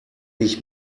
ich